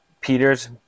Peters